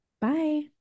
Bye